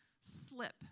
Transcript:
slip